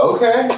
Okay